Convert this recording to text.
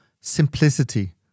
simplicity